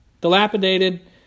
dilapidated